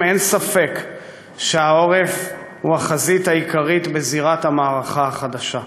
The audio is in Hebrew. אין ספק שהעורף הוא החזית העיקרית בזירת המערכה החדשה.